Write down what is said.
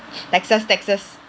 Texas Texas